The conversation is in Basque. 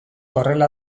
horrela